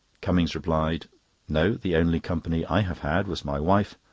cummings replied no! the only company i have had was my wife,